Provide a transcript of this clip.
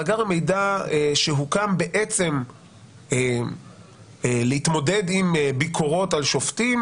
מאגר המידע הוקם בעצם להתמודד עם ביקורות על שופטים,